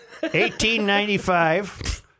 1895